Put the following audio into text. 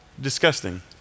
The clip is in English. Disgusting